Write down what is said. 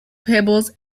pebbles